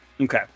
Okay